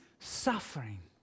suffering